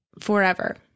forever